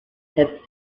have